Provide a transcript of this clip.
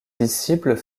disciples